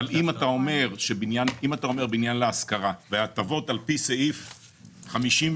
אם אתה אומר בניין להשכרה והטבות על פי סעיף 53(ב),